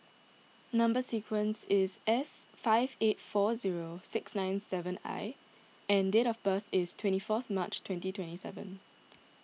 Number Sequence is S five eight four zero six nine seven I and date of birth is twenty fourth March twenty twenty seven